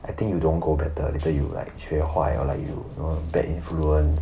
I think you don't go better later you like 学坏 or like you know bad influence